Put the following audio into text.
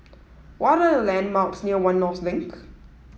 what are the landmarks near One North Link